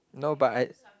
no but I